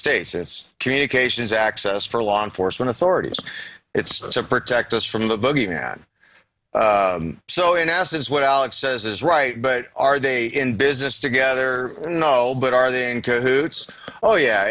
states it's communications access for law enforcement authorities it's to protect us from the bogeyman so in essence what alex says is right but are they in business together no but are they in cahoots oh yeah